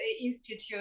Institute